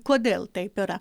kodėl taip yra